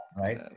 right